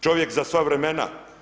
Čovjek za sva vremena.